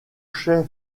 chef